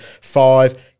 five